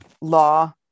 law